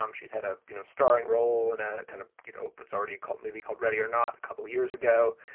um she's had a you know starring role in a kind of you know, but it's already a cult movie called ready or not. couple years ago,